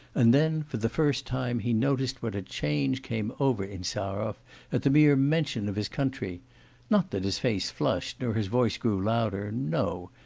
and then for the first time he noticed what a change came over insarov at the mere mention of his country not that his face flushed nor his voice grew louder no!